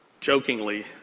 jokingly